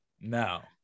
No